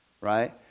Right